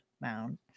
mound